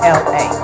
la